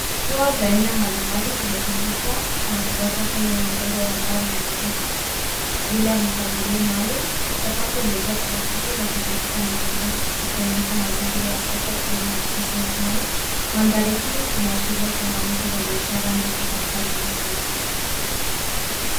Nguo za aina mbalimbali zimetundikwa na kuwekwa kwenye mabega ya mbao na rejeta bila mpangilio maalum. Sakafu imejaa plastiki na takataka ndogo ndogo likionyesha mazingira ya soko yenye msongamano. Mandhari hii inaashiria changamoto za biashara ndogo katika maeneo ya wazi.